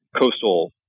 coastal